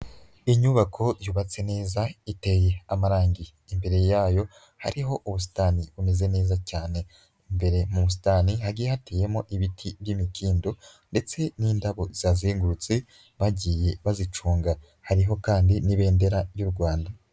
Inyubako yubatse neza iteye amarangi imbere yayo hariho ubusitani bumeze neza cyane, imbere musitani hagiye hateyemo ibiti by'imikindo, ndetse n'indabo zihazengurutse bagiye bazicunga, hariho kandi n'ibendera ry'u Rwanda.